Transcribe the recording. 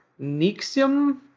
Nixium